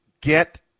get